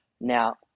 Now